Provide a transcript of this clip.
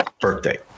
birthday